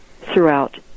throughout